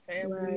Family